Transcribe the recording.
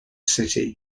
city